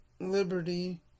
liberty